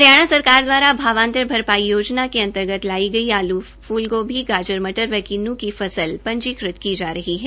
हरियाणा सरकार द्वारा भावान्तर भरपाई योजना के अंतर्गत लाई गई आलू फ्लगोभी गाजर मटर व किन्न् की फसल पंजीकृत की जा रही है